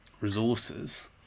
resources